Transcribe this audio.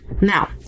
Now